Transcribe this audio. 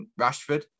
Rashford